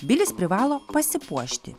bilis privalo pasipuošti